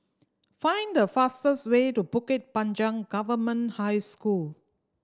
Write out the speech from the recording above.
find the fastest way to Bukit Panjang Government High School